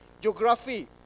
geography